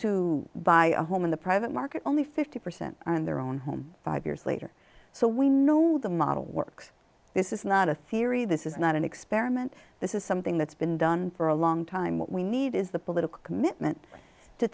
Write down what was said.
to buy a home in the private market only fifty percent are in their own home five years later so we know the model works this is not a theory this is not an experiment this is something that's been done for a long time what we need is the political commitment to